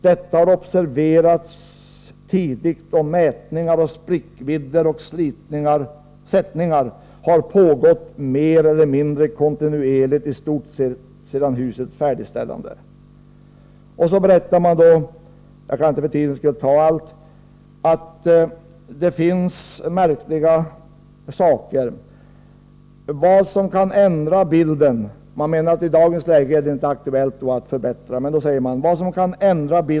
Detta har observerats tidigt och mätningar av sprickvidder och sättningar har pågått mer eller mindre kontinuerligt i stort sett sedan husets färdigställande.” Jag skall inte redogöra för hela den beskrivning som utskottet gjorde, men utskottet pekade på en del märkliga förhållanden, men man menade att det i det rådande läget inte var aktuellt att ändra på dessa förhållanden.